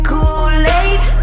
Kool-Aid